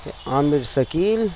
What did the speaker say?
Amir Shakeel